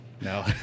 No